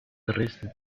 dresden